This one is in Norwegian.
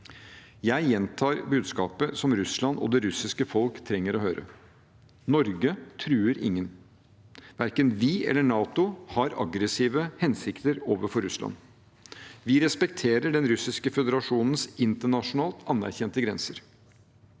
Jeg gjentar budskapet som Russland og det russiske folk trenger å høre: Norge truer ingen. Verken vi eller NATO har aggressive hensikter overfor Russland – vi respekterer Den russiske føderasjons internasjonalt anerkjente grenser